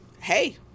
Hey